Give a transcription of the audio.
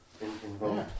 involved